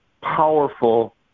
powerful